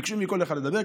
ביקשו מכל אחד לדבר.